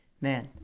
man